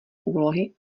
úlohy